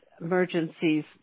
emergencies